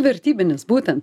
vertybinis būtent